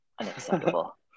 Unacceptable